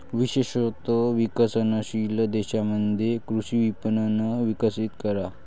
विशेषत विकसनशील देशांमध्ये कृषी विपणन विकसित करा